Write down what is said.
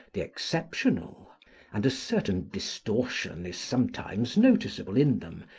the exceptional and a certain distortion is sometimes noticeable in them,